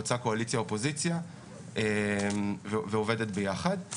חוצה קואליציה-אופוזיציה ועובדת יחד.